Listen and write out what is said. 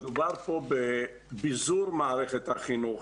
מדובר פה בביזור מערכת החינוך.